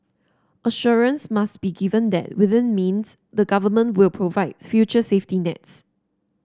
assurance must be given that within means the Government will provide future safety nets